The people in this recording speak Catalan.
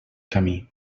camí